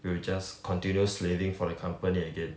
we will just continue slaving for the company again